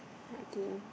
okay